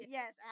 yes